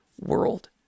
world